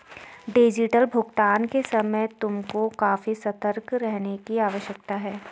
digital भुगतान के समय तुमको काफी सतर्क रहने की आवश्यकता है